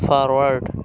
forward